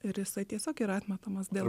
ir jisai tiesiog yra atmetamas dėl